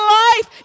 life